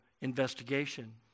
investigation